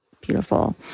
beautiful